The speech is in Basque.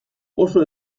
oso